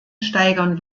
steigern